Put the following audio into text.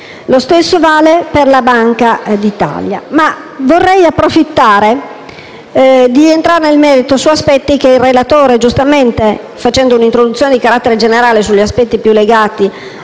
lo stesso vale per la Banca d'Italia.